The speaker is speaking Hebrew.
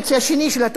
על ספרים,